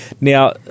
Now